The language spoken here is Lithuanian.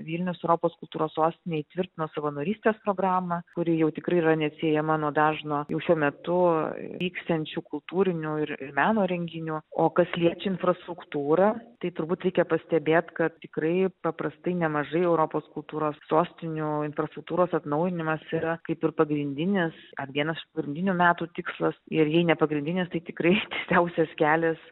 vilnius europos kultūros sostinė įtvirtino savanorystės programą kuri jau tikrai yra neatsiejama nuo dažno jau šiuo metu vyksiančių kultūrinių ir ir meno renginių o kas liečia infrastruktūrą tai turbūt reikia pastebėt kad tikrai paprastai nemažai europos kultūros sostinių infrastruktūros atnaujinimas yra kaip ir pagrindinis ar vienas iš pagrindinių metų tikslas ir jei ne pagrindinis tai tikrai tiesiausias kelias